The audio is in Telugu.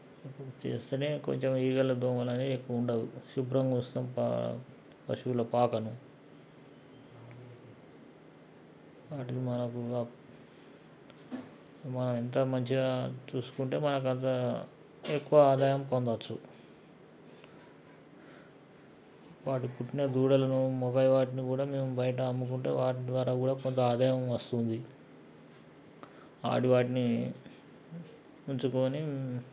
చేస్తూనే కొంచెం ఈగలు దోమలు అనేవి ఎక్కువ ఉండవు శుభ్రం కోసం పా పశువుల పాకను వాటిని మనకు మనం ఎంత మంచిగా చూసుకుంటే మనకు అంత ఎక్కువ ఆదాయం పొందవచ్చు వాటికి పుట్టిన దూడలను మగవాటిని కూడా మేము బయట అమ్ముకుంటే వాటి ద్వారా కూడా కొంత ఆదాయం వస్తుంది ఆడి వాటిని ఉంచుకొని